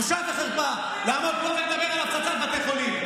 בושה וחרפה, לעמוד פה ולדבר על הפצצת בתי חולים.